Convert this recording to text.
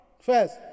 first